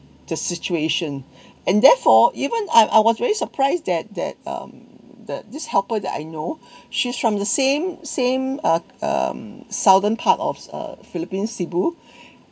the situation and therefore even I I was really surprised that that um that this helper that I know she's from the same same uh um southern part of uh philippine sibu